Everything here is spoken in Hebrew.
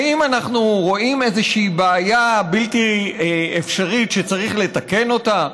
האם אנחנו רואים איזושהי בעיה בלתי אפשרית שצריך לתקן אותה?